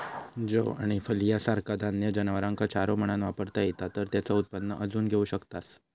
जौ आणि फलिया सारखा धान्य जनावरांका चारो म्हणान वापरता येता तर तेचा उत्पन्न अजून घेऊ शकतास